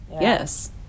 Yes